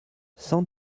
cent